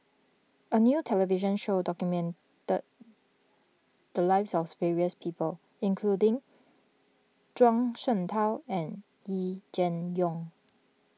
a new television show documented the lives of various people including Zhuang Shengtao and Yee Jenn Jong